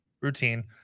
routine